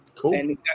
cool